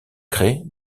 crée